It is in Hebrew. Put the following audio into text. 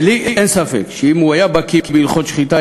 ולי אין ספק שאם הוא היה בקי בהלכות שחיטה,